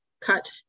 cut